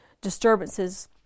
disturbances